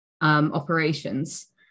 operations